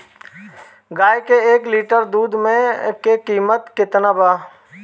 गाय के एक लिटर दूध के कीमत केतना बा?